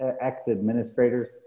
ex-administrators